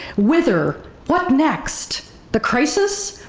whither, what next? the crisis?